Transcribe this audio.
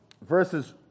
verses